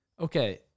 Okay